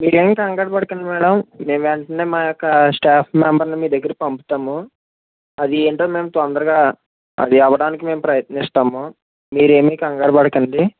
మీరేం కంగారు పడకండి మ్యాడం నేను వెంటనే మా యొక్క స్టాఫ్ మెంబెర్ని మీ దగ్గరికి పంపుతాము అది ఏంటో మేం తొందరగా అది అవ్వడానికి మేము ప్రయత్నిస్తాము మీరేమీ కంగారుపడకండి